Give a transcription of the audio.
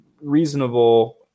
reasonable